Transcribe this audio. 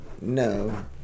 No